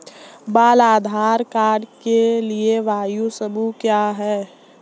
बाल आधार कार्ड के लिए आयु समूह क्या है?